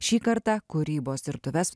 šį kartą kūrybos dirbtuves